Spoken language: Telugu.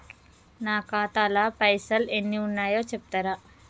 నా ఖాతా లా పైసల్ ఎన్ని ఉన్నాయో చెప్తరా?